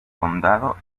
condado